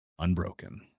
Unbroken